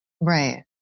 Right